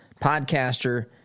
podcaster